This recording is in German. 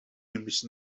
nämlich